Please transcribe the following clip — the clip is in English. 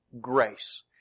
grace